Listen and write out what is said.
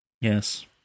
Yes